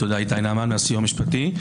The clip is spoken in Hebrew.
אני מהסיוע המשפטי.